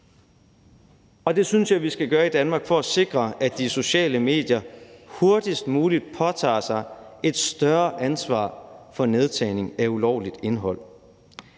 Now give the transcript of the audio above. Det synes jeg vi skal gøre i Danmark for at sikre, at de sociale medier hurtigst muligt påtager sig et større ansvar for nedtagning af ulovligt indhold.